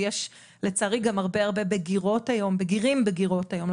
ויש לצערי גם הרבה בגירות ובגירים היום,